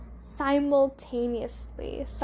simultaneously